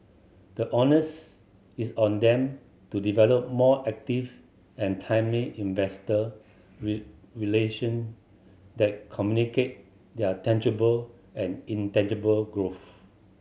the onus is on them to develop more active and timely investor relation that communicate their tangible and intangible growth